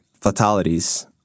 fatalities